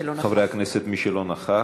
חברי הכנסת מי שלא נכח.